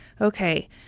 okay